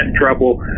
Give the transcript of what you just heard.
trouble